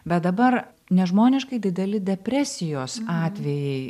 bet dabar nežmoniškai dideli depresijos atvejai